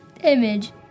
image